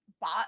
bought